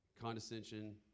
condescension